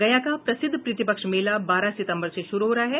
गया का प्रसिद्ध पितृपक्ष मेला बारह सितम्बर से शुरु हो रहा है